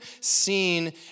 seen